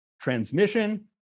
transmission